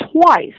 twice